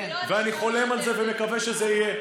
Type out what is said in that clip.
אני חולם על זה ומקווה שזה יהיה.